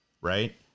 right